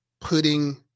putting